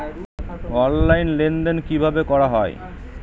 Online লেনদেন কিভাবে করা হয়?